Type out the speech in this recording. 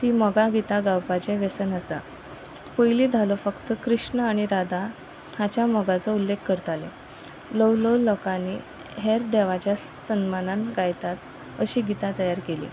ती मोगा गीतां गावपाचें व्यसन आसा पयली धालो फक्त कृष्ण आनी राधा हाच्या मोगाचो उल्लेख करताले ल्हव ल्हवू लोकांनी हेर देवाच्या सनमानान गायतात अशी गीतां तयार केली